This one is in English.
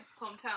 hometown